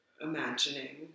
imagining